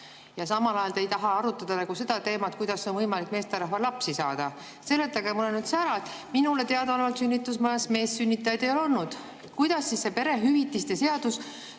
Samal ajal te ei taha arutada seda teemat, kuidas on võimalik meesterahval lapsi saada. Seletage mulle see ära! Minule teadaolevalt sünnitusmajas meessünnitajaid ei ole olnud. Kuidas siis see perehüvitiste seadus